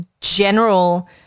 general